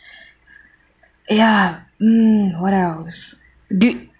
ya um what else do